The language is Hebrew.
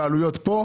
הבעלויות כאן.